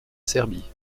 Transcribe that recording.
serbie